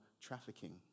trafficking